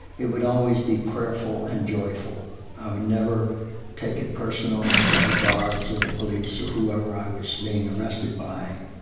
it would always be prayerful and joyful. i would never take it personal with the guards or the police or whoever i was being arrested by.